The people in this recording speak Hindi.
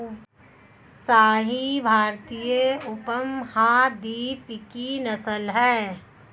साहीवाल भारतीय उपमहाद्वीप की नस्ल है